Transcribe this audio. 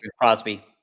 Crosby